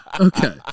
Okay